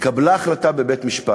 התקבלה החלטה בבית-משפט.